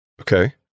Okay